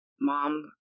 mom